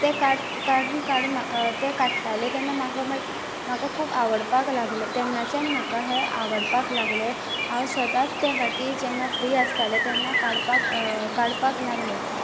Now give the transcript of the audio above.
ते काडून काडून तें काडटालें तेन्ना म्हाका खूब आवडपाक लागलें तेन्नाच्यान म्हाका हें आवडपाक लागलें हांव सदांच बाकी जेन्ना फ्री आसतालें तेन्ना काडपाक काडपाक लागलें